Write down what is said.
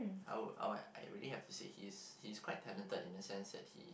I would I would I really have to say he's he's quite talented in the sense that he